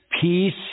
peace